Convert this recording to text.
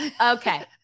okay